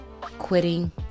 quitting